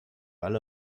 alle